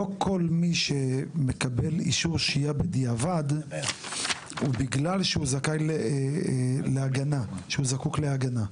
לא כל מי שמקבל אישור שהייה בדיעבד זה בגלל שהוא זקוק להגנה.